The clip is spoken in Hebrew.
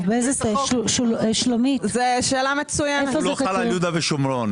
החוק לא חל ל יהודה ושומרון.